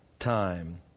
Time